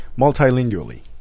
multilingually